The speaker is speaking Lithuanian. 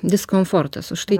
diskomfortas už tai